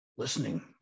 Listening